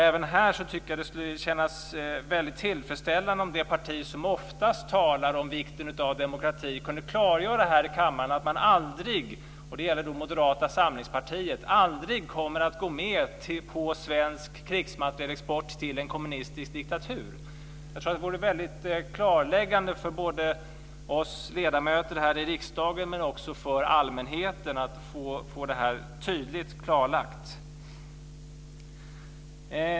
Även här tycker jag att det skulle kännas väldigt tillfredsställande om det parti som oftast talar om vikten av demokrati - det gäller Moderata samlingspartiet - kunde klargöra här i kammaren att man aldrig kommer att gå med på svensk krigsmaterielexport till en kommunistisk diktatur. Jag tror att det vore väldigt klargörande både för oss ledamöter här i riksdagen och också för allmänheten att få detta tydligt klarlagt.